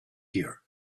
here